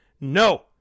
No